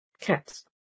cats